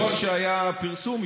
לא רק שהיה פרסום,